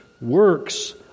works